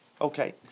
Okay